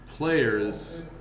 Players